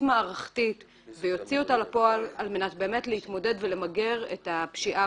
מערכתית ויוציא אותה לפועל על מנת להתמודד ולמגר את הפשיעה